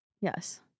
Yes